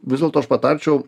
vis dėlto aš patarčiau